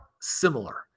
similar